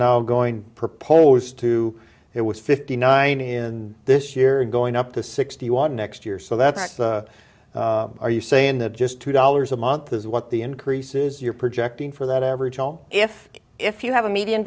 now going proposed to it was fifty nine in this year and going up to sixty one next year so that's are you saying that just two dollars a month is what the increases you're projecting for that average joe if if you have a medi